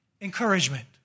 encouragement